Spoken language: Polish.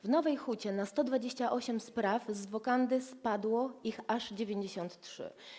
W Nowej Hucie na 128 spraw z wokandy spadły aż 93.